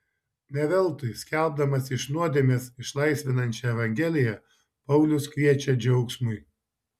ne veltui skelbdamas iš nuodėmės išlaisvinančią evangeliją paulius kviečia džiaugsmui